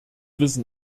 wissen